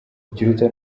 ikiruta